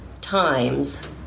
times